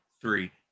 three